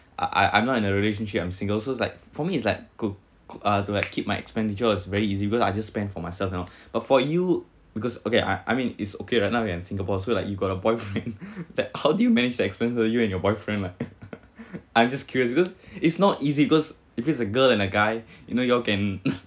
I I I'm not in a relationship I'm single so like for me it's like go uh to like keep my expenditure was very easy because I just spend for myself you know but for you because okay I I mean it's okay right now we are in singapore so like you got a boyfriend then how do you manage that expenses you you and your boyfriend like I'm just curious because it's not easy because if it's a girl and a guy you know you all can